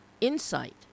insight